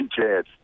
chance